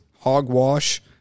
hogwash